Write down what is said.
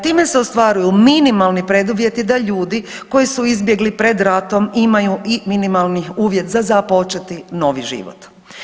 Time se ostvaruju minimalni preduvjeti da ljudi koji su izbjegli pred ratom imaju i minimalni uvjet za započeti novi život.